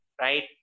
right